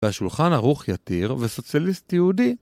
והשולחן ערוך יתיר וסוציאליסט יהודי